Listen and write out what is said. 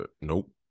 Nope